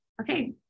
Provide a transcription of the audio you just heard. okay